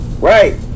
Right